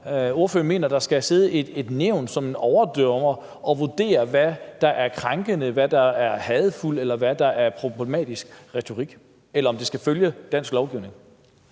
ordføreren mener, at der skal sidde et nævn, der som overdommer skal vurdere, hvad der er krænkende, hvad der er hadefuldt, eller hvad der er problematisk retorik, eller om det skal følge dansk lovgivning.